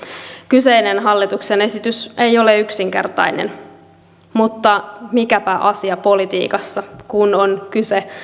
kyseinen hallituksen esitys ei ole yksinkertainen mutta mikäpä asia politiikassa kun on kyse